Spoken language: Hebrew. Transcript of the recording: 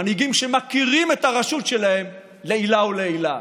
מנהיגים שמכירים את הרשות שלהם לעילא ולעילא.